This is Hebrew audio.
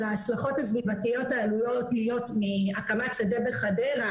ההשלכות הסביבתיות העלולות להיות מהקמת שדה בחדרה,